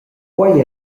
quei